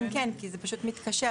כן, כי זה פשוט מתקשר.